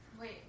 Wait